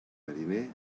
mariner